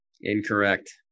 Incorrect